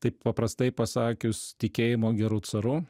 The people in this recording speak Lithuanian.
taip paprastai pasakius tikėjimo geru caru